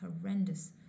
horrendous